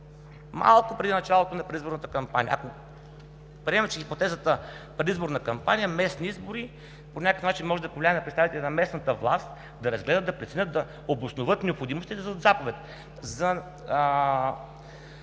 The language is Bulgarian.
малко преди началото на предизборната кампания. Ако приемем, че хипотезата – предизборна кампания, местни избори по някакъв начин може да повлияе на представители на местната власт да разгледат, да преценят, да обосноват необходимостите и да